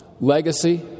legacy